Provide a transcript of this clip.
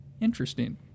Interesting